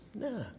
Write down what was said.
No